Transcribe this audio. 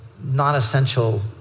non-essential